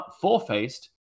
four-faced